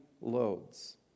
loads